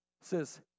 says